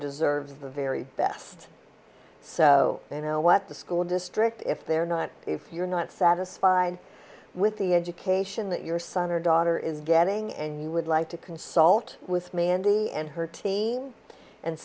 deserves the very best so you know what the school district if they're not if you're not satisfied with the education that your son or daughter is getting and you would like to consult with mandy and her team and